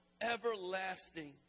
everlasting